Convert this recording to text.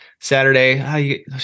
Saturday